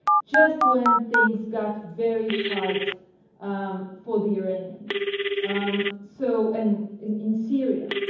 just when things got very tight for the iranians um so and in syria.